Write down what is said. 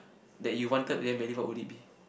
that you wanted damn badly what would it be